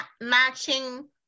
matching